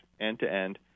end-to-end